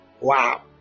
Wow